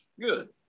Good